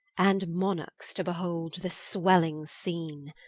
and monarchs to behold the swelling scene.